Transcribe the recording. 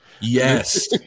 Yes